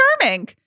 charming